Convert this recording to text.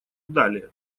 далее